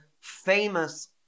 famous